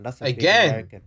Again